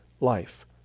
life